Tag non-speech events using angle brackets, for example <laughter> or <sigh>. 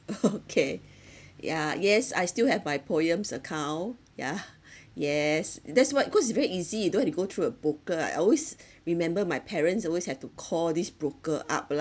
okay <laughs> yeah yes I still have my POEMS account yeah yes that's what cause it's very easy don't have to go through a broker I always remember my parents always have to call this broker up